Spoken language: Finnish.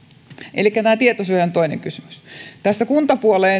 elikkä tämä tietosuoja on toinen kysymys kuntapuolella